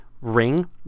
ring